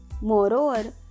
Moreover